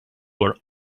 were